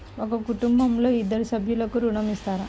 ఒక కుటుంబంలో ఇద్దరు సభ్యులకు ఋణం ఇస్తారా?